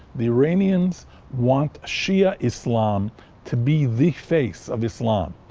the iranians want shia islam to be the face of islam.